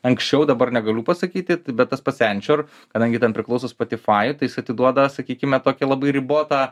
anksčiau dabar negaliu pasakyti bet tas pats enčior kadangi ten priklauso spotifai tai jis atiduoda sakykime tokį labai ribotą